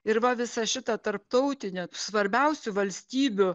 ir va vis šita tarptautinė svarbiausių valstybių